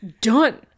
Done